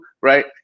right